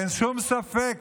אין שום ספק